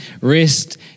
rest